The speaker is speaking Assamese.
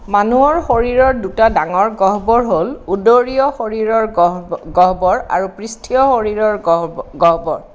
মানুহৰ শৰীৰৰ দুটা ডাঙৰ গহ্বৰ হ'ল উদৰীয় শৰীৰৰ গহ গহ্বৰ আৰু পৃষ্ঠীয় শৰীৰৰ গহ গহ্বৰ